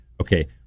okay